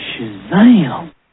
Shazam